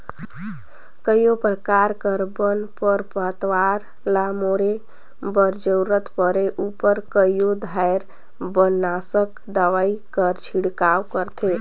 कइयो परकार कर बन, खरपतवार ल मारे बर जरूरत परे उपर कइयो धाएर बननासक दवई कर छिड़काव करथे